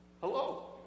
Hello